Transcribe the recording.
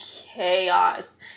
chaos